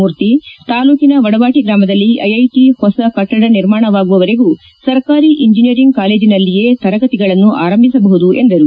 ಮೂರ್ತಿ ತಾಲೂಕಿನ ವಡವಾಟ ಗ್ರಾಮದಲ್ಲಿ ಐಐಐಟ ಹೂಸ ಕಟ್ಟಡ ನಿರ್ಮಾಣವಾಗುವವರೆಗೂ ಸರಕಾರಿ ಇಂಜನೀಯರಿಂಗ್ ಕಾಲೇಜಿನಲ್ಲಿಯೇ ತರಗತಿಗಳನ್ನು ಆರಂಭಿಸಬಹುದೆಂದರು